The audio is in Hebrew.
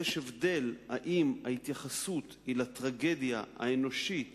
יש הבדל אם ההתייחסות היא לטרגדיה האנושית